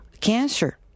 Cancer